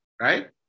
Right